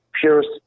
purest